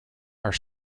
are